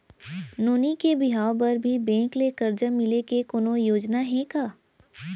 नोनी के बिहाव बर भी बैंक ले करजा मिले के कोनो योजना हे का?